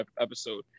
episode